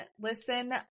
listen